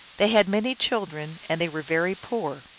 they had many children, and they were very poor.